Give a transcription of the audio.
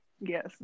Yes